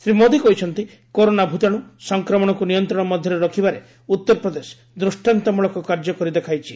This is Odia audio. ଶ୍ରୀ ମୋଦୀ କହିଛନ୍ତି କରୋନା ଭୂତାଣୁ ସଂକ୍ରମଣକୁ ନିୟନ୍ତ୍ରଣ ମଧ୍ୟରେ ରଖିବାରେ ଉତ୍ତରପ୍ରଦେଶ ଦୃଷ୍ଟାନ୍ତମୂଳକ କାର୍ଯ୍ୟକରି ଦେଖାଇଛି